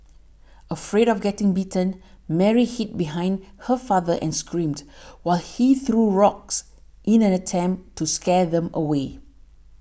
afraid of getting bitten Mary hid behind her father and screamed while he threw rocks in an attempt to scare them away